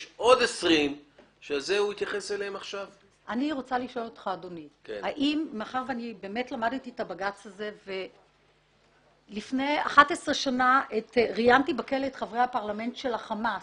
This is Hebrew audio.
יש עוד 20. לפני 11 שנה ראיינתי בכלא את חברי הפרלמנט של החמאס.